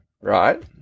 right